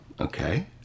Okay